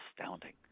astounding